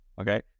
okay